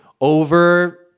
over